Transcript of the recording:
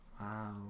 Wow